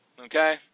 okay